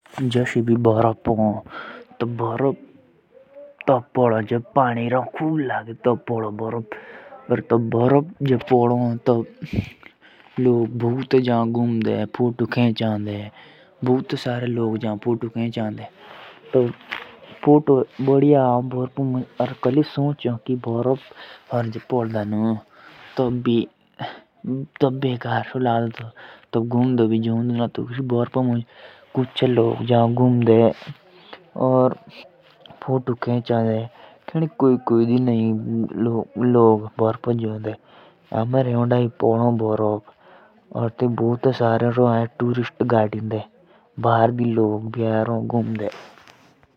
जब भोरप भी पोंड़ो तो तेठुके फुलुते से पोंड़ो तेठु तिमोच भौंतो आचो लागो। भोरप उबा फोटों पहाड़ु भा पोलेन मुझा पोंड़ ना। जब भी भोरप पोंड़ो तो ट्यूरिस्ट वाले आऊ गाइड।